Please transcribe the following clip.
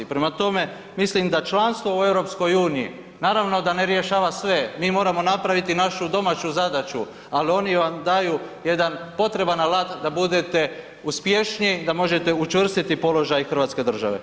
Prema tome, mislim da članstvo u EU naravno da ne rješava sve, mi moramo napraviti našu domaću zadaću, ali oni vam daju jedan potreban alat da budete uspješniji da možete učvrstiti položaj Hrvatske države.